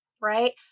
right